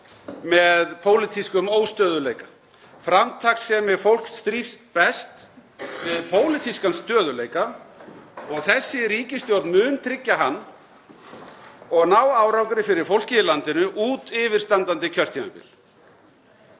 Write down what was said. með pólitískum óstöðugleika. Framtakssemi fólks þrífst best við pólitískan stöðugleika og þessi ríkisstjórn mun tryggja hann og ná árangri fyrir fólkið í landinu út yfirstandandi kjörtímabil.